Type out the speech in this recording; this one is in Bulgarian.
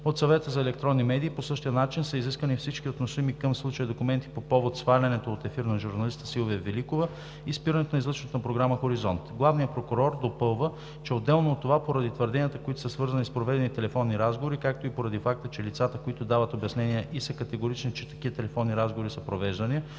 от Съвета за електронни медии по същия начин са изискани всички относими към случая документи по повод свалянето от ефир на журналиста Силвия Великова и спирането на излъчването на програма „Хоризонт“. Главният прокурор допълва, че отделно от това, поради твърденията, които са свързани с проведени телефонни разговори, както и поради факта, че лицата, които дават обяснение и са категорични, че такива телефонни разговори са провеждани,